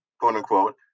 quote-unquote